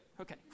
okay